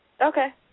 Okay